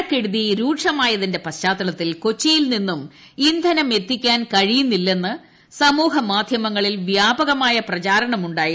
മഴക്കെടുതി രുക്ഷമായതിന്റെ പശ്ചാത്തലത്തിൽ കൊച്ചിയിൽ നിന്നും ഇന്ധനം എത്തിക്കാൻ കഴിയുന്നില്ലെന്ന് സമൂഹ്മാ്ധ്യമങ്ങളിൽ വ്യാപക പ്രചരണം ഉണ്ടായിരുന്നു